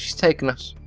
taken us.